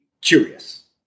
curious